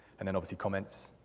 and then obviously comments.